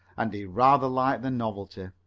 and he rather liked the novelty.